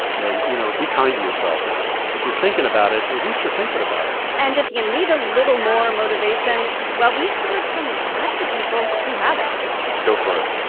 and, you know, be kind to yourself. if if you're thinking about it, at least you're thinking about it and if you need a little more motivation, well, we heard from lots of people who have it go for it.